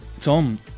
Tom